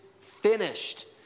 finished